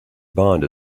bond